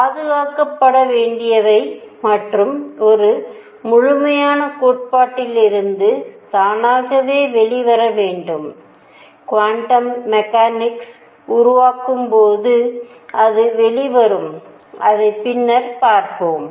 பாதுகாக்கப்பட வேண்டியவை மற்றும் ஒரு முழுமையான கோட்பாட்டிலிருந்து தானாகவே வெளிவர வேண்டும் குவாண்டம் மேக்கானிக்ஸ் உருவாக்கும்போது அது வெளிவரும் அதை பின்னர் பார்ப்போம்